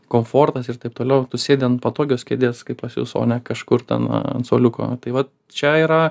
komfortas ir taip toliau tu sėdi ant patogios kėdės kaip pas jus o ne kažkur ten ant suoliuko tai vat čia yra